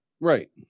right